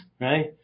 right